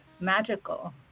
magical